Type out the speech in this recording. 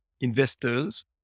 investors